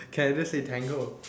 can I just say tango